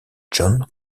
john